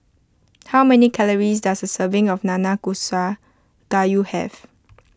how many calories does a serving of Nanakusa Gayu have